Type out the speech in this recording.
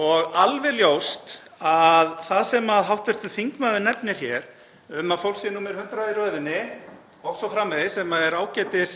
og alveg ljóst að það sem hv. þingmaður nefnir hér um að fólk sé nr. 100 í röðinni o.s.frv., sem er ágætis